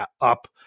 up